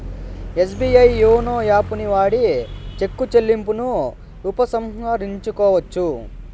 SBI YONO యాపుని వాడి చెక్కు చెల్లింపును ఉపసంహరించుకోవచ్చు